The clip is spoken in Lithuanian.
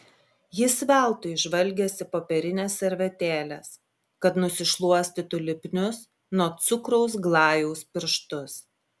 jis veltui žvalgėsi popierinės servetėlės kad nusišluostytų lipnius nuo cukraus glajaus pirštus